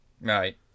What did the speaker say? right